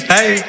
Hey